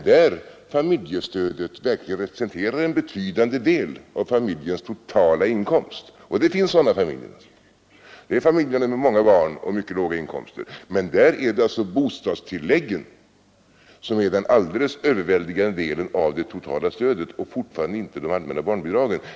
Där familjestödet verkligen representerar en betydande del av familjens totala inkomst — och det finns sådana familjer, familjer med många barn och mycket låga inkomster — där är bostadstilläggen den alldeles överväldigande delen av det totala stödet och fortfarande inte de allmänna barnbidragen.